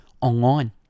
online